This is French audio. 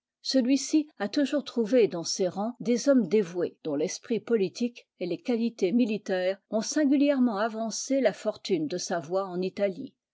celui-ci a toujours trouvé dans ses rangs des hommes dévoués dont l'esprit politique et les qualités militaires ont singulièrement avancé la fortune de savoie en italie